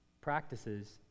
practices